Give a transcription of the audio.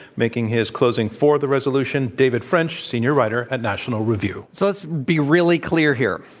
making his closing for the resolution, david french, senior writer at national review. so let's be really clear here.